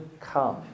come